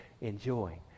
enjoying